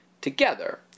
together